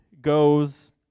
goes